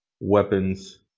weapons